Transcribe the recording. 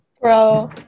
Bro